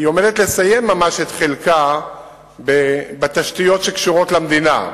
היא ממש עומדת לסיים את חלקה בתשתיות שקשורות למדינה.